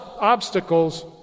obstacles